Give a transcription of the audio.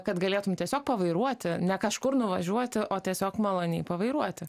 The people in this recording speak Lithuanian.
kad galėtum tiesiog pavairuoti ne kažkur nuvažiuoti o tiesiog maloniai pavairuoti